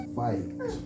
fight